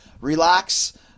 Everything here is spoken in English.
relax